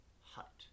hut